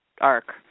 arc